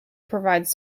provides